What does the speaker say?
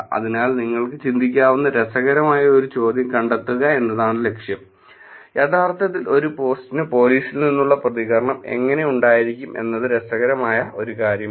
അതിനാൽ നിങ്ങൾക്ക് ചിന്തിക്കാവുന്ന രസകരമായ ഒരു ചോദ്യം കണ്ടെത്തുക എന്നതാണ് ലക്ഷ്യം യഥാർത്ഥത്തിൽ ഒരു പോസ്റ്റിനു പോലീസിൽ നിന്നുള്ള പ്രതികരണം എങ്ങനെ ഉണ്ടായിരിക്കും എന്നത് രസകരമായ ഒരു കാര്യമാണ്